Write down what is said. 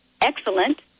excellent